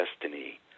destiny